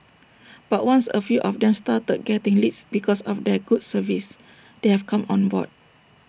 but once A few of them started getting leads because of their good service they have come on board